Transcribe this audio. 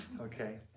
okay